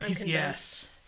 Yes